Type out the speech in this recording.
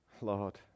Lord